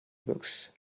books